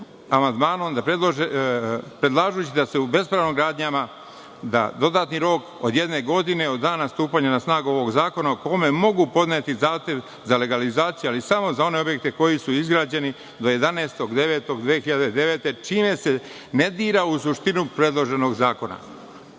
amandmanom predlažući da se bespravnim gradnjama da dodatni rok od jedne godine od dana stupanja na snagu ovog zakona po kome mogu podneti zahtev za legalizaciju, ali samo za one objekte koji su izgrađeni do 11.9.2009. godine, čime se ne dira u suštinu predloženog zakona.